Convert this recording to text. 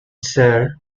sir